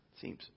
seems